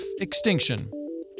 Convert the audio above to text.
extinction